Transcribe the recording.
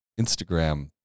Instagram